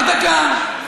רק דקה, רק דקה.